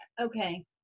okay